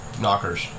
knockers